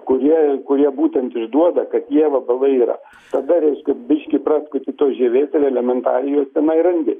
kurie kurie būtent išduoda kad jie vabalai yra tada reiškia biški praskuti tos žievės ir elementariai juos tenai randi